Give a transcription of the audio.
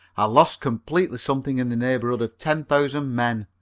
i lost completely something in the neighborhood of ten thousand men.